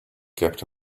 kept